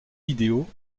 vidéo